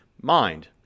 mind